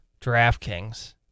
DraftKings